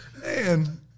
Man